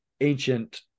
ancient